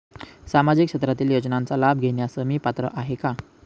सामाजिक क्षेत्रातील योजनांचा लाभ घेण्यास मी पात्र आहे का?